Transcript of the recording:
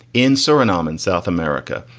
in surinam, in south america,